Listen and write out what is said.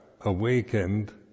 awakened